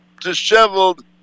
disheveled